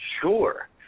Sure